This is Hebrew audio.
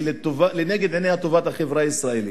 כי לנגד עיניה טובת החברה הישראלית,